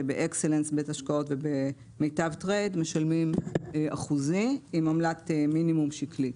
שבאקסלנס בית השקעות ובמיטב טרייד משלמים אחוזי עם עמלת מינימום שקלית.